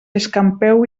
escampeu